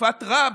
בתקופת טראמפ,